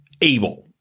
able